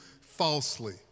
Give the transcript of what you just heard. falsely